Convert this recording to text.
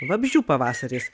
vabzdžių pavasaris